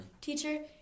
teacher